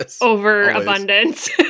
overabundance